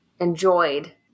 enjoyed